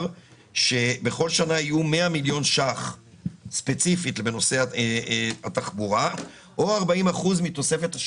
שבכל שנה יהיו 100 מיליון ש"ח ספציפית בנושא תחבורה או 40% תוספת,